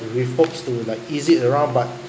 with hopes to like ease it around but